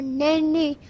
nanny